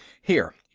here.